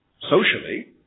socially